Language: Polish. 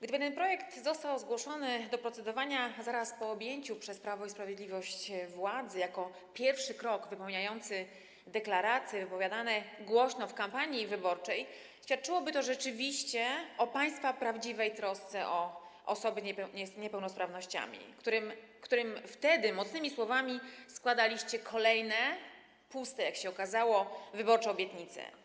Gdyby ten projekt został zgłoszony do procedowania zaraz po objęciu przez Prawo i Sprawiedliwość władzy jako pierwszy krok wypełniający deklaracje wypowiadane głośno w kampanii wyborczej, świadczyłoby to rzeczywiście o państwa prawdziwej trosce o osoby z niepełnosprawnościami, którym wtedy mocnymi słowami składaliście kolejne, puste, jak się okazało, wyborcze obietnice.